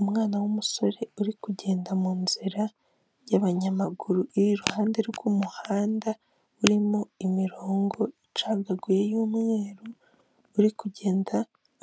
Umwana w'umusore uri kugenda mu nzira y'abanyamaguru iri iruhande rw'umuhanda urimo imirongo icagaguye y'umweru uri kugenda